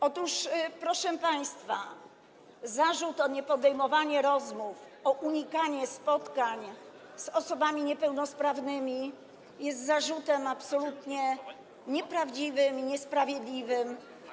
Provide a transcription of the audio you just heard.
Otóż, proszę państwa, zarzut niepodejmowania rozmów, unikania spotkań z osobami niepełnosprawnymi jest zarzutem absolutnie nieprawdziwym i niesprawiedliwym.